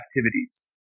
activities